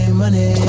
money